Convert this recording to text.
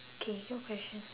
K your question